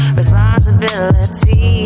responsibility